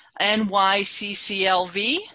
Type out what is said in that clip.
NYCCLV